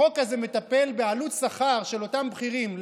החוק הזה מטפל בעלות שכר של אותם בכירים,